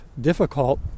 difficult